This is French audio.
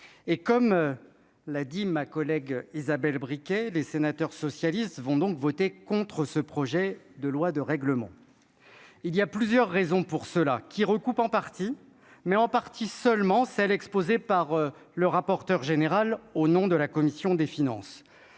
et comme l'a dit ma collègue Isabelle briquer les sénateurs socialistes vont donc voter contre ce projet de loi de règlement, il y a plusieurs raisons pour cela qui recoupent en partie mais en partie seulement celles exposées par le rapporteur général au nom de la commission des finances,